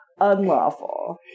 unlawful